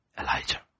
Elijah